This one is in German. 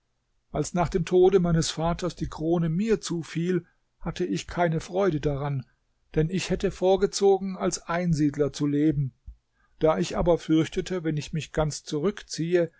als nach dem tode meines vaters die krone mir zufiel hatte ich keine freude daran denn ich hätte vorgezogen als einsiedler zu leben da ich aber fürchtete wenn ich mich ganz zurückziehe